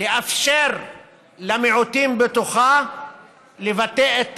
לאפשר למיעוטים בתוכה לבטא את תרבותם,